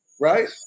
Right